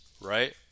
right